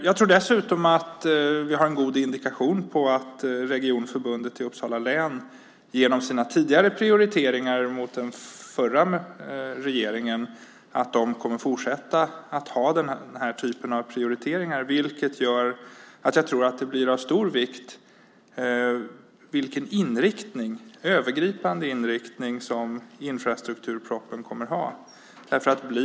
Jag tror dessutom att vi har en god indikation på att Regionförbundet Uppsala län genom sina tidigare prioriteringar gentemot den förra regeringen kommer att fortsätta att göra den typen av prioriteringar. Därför tror jag att den övergripande inriktning som infrastrukturpropositionen kommer att ha blir av stor vikt.